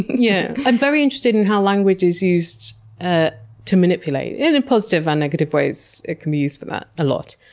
yeah. i'm very interested in how language is used ah to manipulate. and in positive and negative ways, it can be used for that a lot.